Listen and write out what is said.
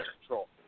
control